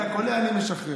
אתה כולא, אני משחרר.